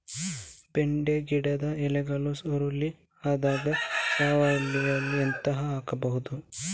ಬೆಂಡೆ ಗಿಡದ ಎಲೆಗಳು ಸುರುಳಿ ಆದಾಗ ಸಾವಯವದಲ್ಲಿ ಎಂತ ಹಾಕಬಹುದು?